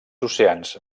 oceans